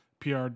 PR